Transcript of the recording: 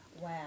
Wow